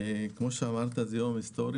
כמו שאמרת זהו יום היסטורי,